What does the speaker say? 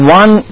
one